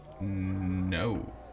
No